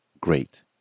great